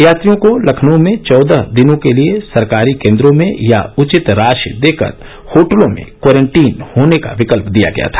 यात्रियों को लखनऊ में चौदह दिनों के लिए सरकारी केंन्द्रों में या उचित राशि देकर होटलों में क्वारंटीन होने का विकल्प दिया गया था